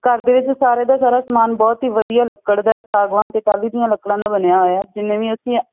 ਘਰ ਦੇ ਵਿੱਚ ਸਾਰੇ ਦਾ ਸਾਰਾ ਸਮਾਨ ਬਹੁਤ ਹੀ ਵਧੀਆ ਲੱਕੜ ਦਾ ਸਾਗਵਾਨ ਅਤੇ ਟਾਹਲੀ ਦੀਆਂ ਲੱਕੜਾਂ ਦਾ ਬਣਿਆ ਹੋਇਆ ਜਿੰਨੇ ਵੀ ਅਸੀਂ